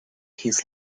his